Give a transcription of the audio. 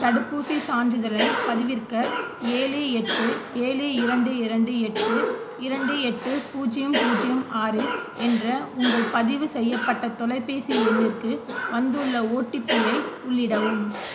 தடுப்பூசிச் சான்றிதழைப் பதிவிறக்க ஏழு எட்டு ஏழு இரண்டு இரண்டு எட்டு இரண்டு எட்டு பூஜ்ஜியம் பூஜ்ஜியம் ஆறு என்ற உங்கள் பதிவு செய்யப்பட்ட தொலைபேசி எண்ணிற்கு வந்துள்ள ஓடிபி ஐ உள்ளிடவும்